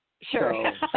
Sure